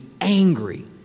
angry